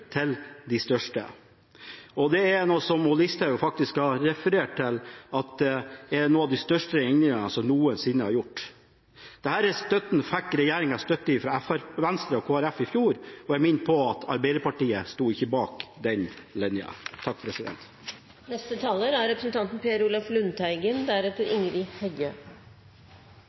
til de største. Det er som Listhaug faktisk har referert til, at det er noen av de største endringene som noensinne er gjort. Dette fikk regjeringa støtte til fra Venstre og Kristelig Folkeparti i fjor, og jeg vil minne om at Arbeiderpartiet sto ikke bak den linja.